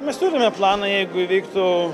mes turime planą jeigu įvyktų